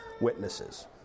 witnesses